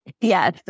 Yes